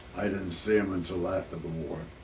i didn't see him until after the war.